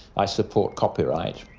i support copyright,